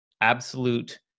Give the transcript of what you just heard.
absolute